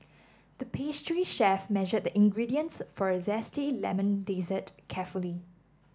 the pastry chef measured the ingredients for a zesty lemon dessert carefully